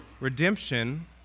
redemption